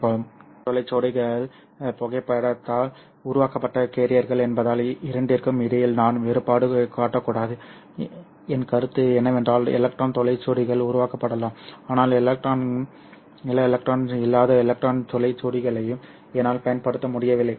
electron துளை ஜோடிகள் புகைப்படத்தால் உருவாக்கப்பட்ட கேரியர்கள் என்பதால் இரண்டிற்கும் இடையில் நான் வேறுபாடு காட்டக்கூடாது என் கருத்து என்னவென்றால் எலக்ட்ரான் துளை ஜோடிகள் உருவாக்கப்படலாம் ஆனால் எல்லா எலக்ட்ரான் இல்லாத எலக்ட்ரான் துளை ஜோடிகளையும் என்னால் பயன்படுத்த முடியவில்லை